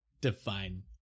define